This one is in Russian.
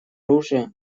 оружие